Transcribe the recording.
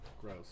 Gross